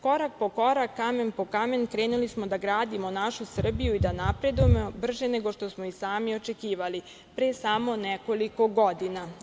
Korak po korak, kamen po kamen, krenuli smo da gradimo našu Srbiju i da napredujemo brže nego što smo i sami očekivali pre samo nekoliko godina.